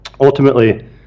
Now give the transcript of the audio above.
Ultimately